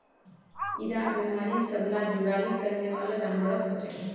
इरा बिमारी सब ला जुगाली करनेवाला जान्वारोत होचे